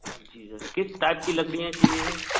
हाँ जी किस टाइप की लकड़ियाँ चाहिए